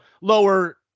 lower